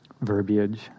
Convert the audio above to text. verbiage